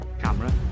camera